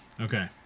Okay